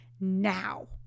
now